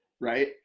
Right